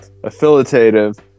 affiliative